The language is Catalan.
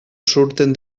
surten